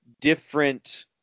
different